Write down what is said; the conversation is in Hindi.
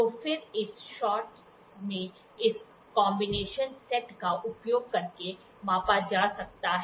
तो फिर इस शॉट में इस कॉम्बिनेशन सेट का उपयोग करके मापा जा सकता है